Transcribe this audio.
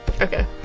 Okay